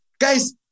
guys